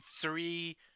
three